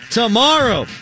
tomorrow